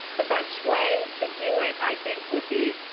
the best way to do it, i think, would be,